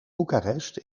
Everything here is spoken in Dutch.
bucharest